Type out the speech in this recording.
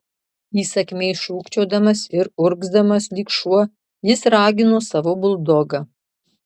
įsakmiai šūkčiodamas ir urgzdamas lyg šuo jis ragino savo buldogą